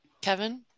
Kevin